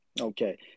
Okay